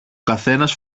καθένας